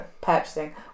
purchasing